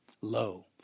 Lo